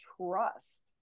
trust